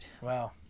Wow